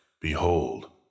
behold